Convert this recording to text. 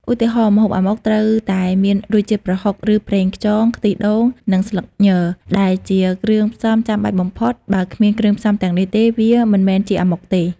ឧទាហរណ៍ ម្ហូប អាម៉ុក ត្រូវតែមានរសជាតិប្រហុក ឬប្រេងខ្យង ខ្ទិះដូង និងស្លឹកញ ដែលជាគ្រឿងផ្សំចាំបាច់បំផុត បើគ្មានគ្រឿងផ្សំទាំងនេះទេ វាមិនមែនជាអាម៉ុកទេ។